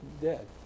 dead